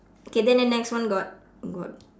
okay then the next one got got